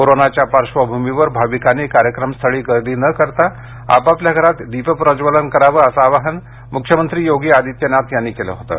कोरोनाच्या पार्श्वभूमीवर भाविकांनी कार्यक्रम स्थळी गर्दी न करता आपापल्या घरात दीप प्रज्ज्वलन करावं असं आवाहन मुख्यमंत्री योगी आदित्यनाथ यांनी केलं होतं